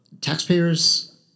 Taxpayers